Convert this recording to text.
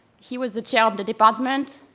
he was the chair of the department.